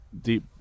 deep